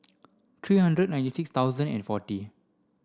three hundred ninety six thousand and forty